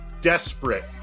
desperate